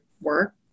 work